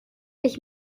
ich